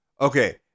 Okay